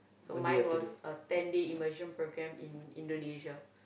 so mine was a ten day immersion programme in Indonesia